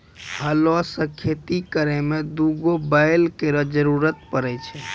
हलो सें खेती करै में दू गो बैल केरो जरूरत पड़ै छै